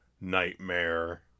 nightmare